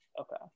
okay